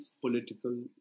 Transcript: political